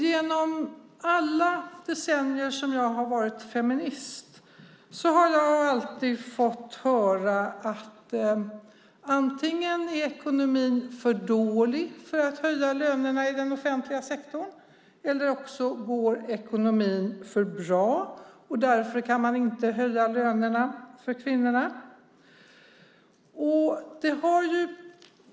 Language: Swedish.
Genom alla decennier som jag har varit feminist har jag fått höra att antingen är ekonomin för dålig för att man ska kunna höja lönerna i den offentliga sektorn eller så går ekonomin för bra, och därför kan man inte höja lönerna för kvinnorna.